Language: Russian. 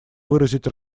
выразить